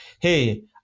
Hey